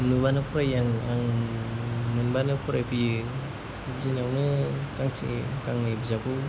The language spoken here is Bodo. नुबानो फरायो आङो आं मोनबानो फरायफैयो दिनावनो गांसे गांनै बिजाबखौ